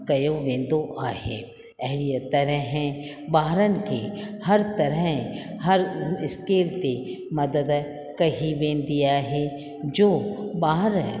क्यो वेंदो आहे अहिड़ीअ तरह व ॿारनि खे हर तरह हर स्केल ते मदद कई वेंदी आहे व जो ॿार